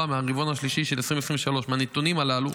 מהרבעון השלישי של 2023. מהנתונים הללו